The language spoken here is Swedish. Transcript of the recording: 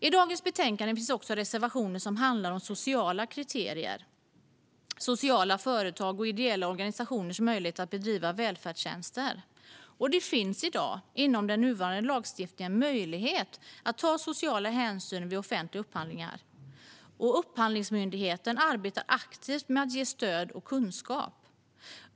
I dagens betänkande finns också reservationer som handlar om sociala kriterier, sociala företag och ideella organisationers möjligheter att bedriva välfärdstjänster. Det finns i dag inom den nuvarande lagstiftningen möjlighet att ta sociala hänsyn vid offentliga upphandlingar. Upphandlingsmyndigheten arbetar aktivt med att ge stöd och kunskap.